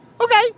Okay